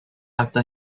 after